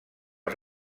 els